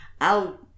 out